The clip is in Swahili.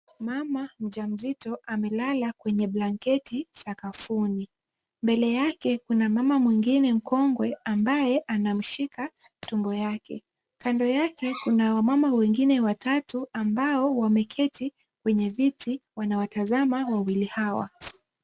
Mama mjamzito amelala kwenye blanketi sakafuni. Mbele yake kuna mama mwingine mkongwe ambaye anamshika tumbo yake. Kando yake kuna wamama wengine watatu ambao wameketi kwenye viti wanawatazama wawili hawa.